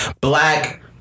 black